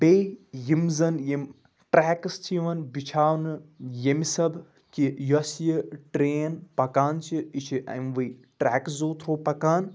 بیٚیہِ یِم زَن یِم ٹرٛیکٕس چھِ یِوان بِچھاونہٕ ییٚمہِ سَبہٕ کہ یۄس یہِ ٹرٛین پَکان چھِ یہِ چھِ اَموٕے ٹرٛیکزو تھرٛوٗ پَکان